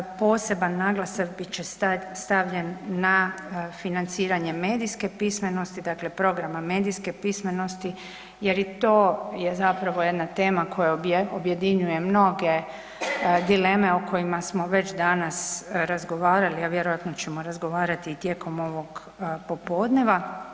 Poseban naglasak bit će stavljen na financiranje medijske pismenosti, dakle programa medijske pismenosti jer i to je zapravo jedna tema koja objedinjuje mnoge dileme o kojima smo već danas razgovarali, a vjerojatno ćemo razgovarati i tijekom ovog popodneva.